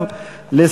נתקבל.